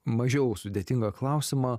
mažiau sudėtingą klausimą